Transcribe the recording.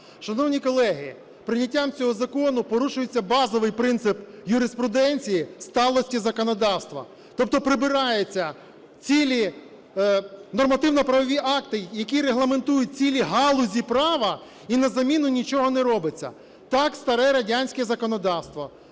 Шановні колеги, прийняттям цього закону порушується базовий принцип юриспруденції сталості законодавства. Тобто прибираються цілі нормативно-правові акти, які регламентують цілі галузі права і на заміну нічого не робиться. Так, старе радянське законодавство.